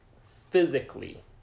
physically